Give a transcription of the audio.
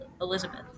Elizabeth